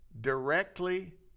directly